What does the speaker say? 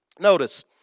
notice